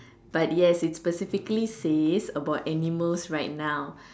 but yes it's specifically says about animals right now